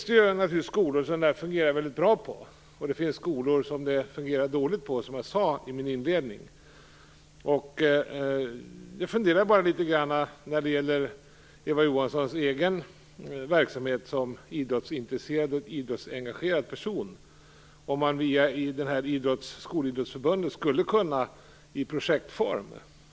Det finns naturligtvis skolor där det fungerar väldigt bra och skolor där det fungerar dåligt, som jag sade i min inledning. Jag funderar bara litet grand på Eva Johanssons egen verksamhet, eftersom hon är en idrottsintresserad och idrottsengagerad person, och om man skulle kunna göra någonting i projektform via Skolidrottsförbundet.